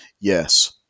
Yes